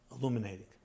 illuminating